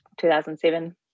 2007